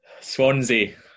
Swansea